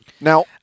Now